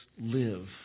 live